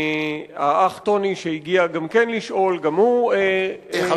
האח טוני, שהגיע גם כן לשאול, גם הוא נעצר.